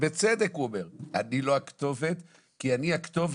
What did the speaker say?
ובצדק הוא אומר אני לא הכתובת, כי אני הכתובת